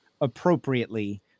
appropriately